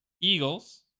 eagles